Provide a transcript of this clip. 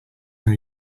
know